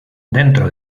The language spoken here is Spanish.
dentro